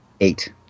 Eight